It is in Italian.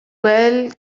quel